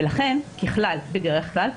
ולכן ככלל בדרך כלל,